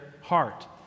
heart